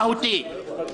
הממשלה הושבעה לפני 48 שעות.